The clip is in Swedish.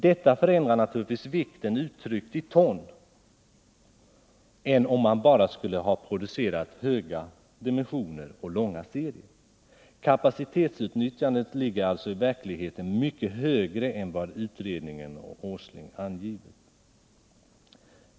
Detta förändrar naturligtvis vikten uttryckt i ton jämfört med enbart produktion av grova dimensioner och långa serier. Kapacitetsutnyttjandet ligger alltså i verkligheten mycket högre än vad utredningen och Nils Åsling angivit.